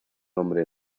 nombre